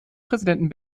präsidenten